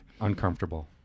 uncomfortable